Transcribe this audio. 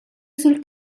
sul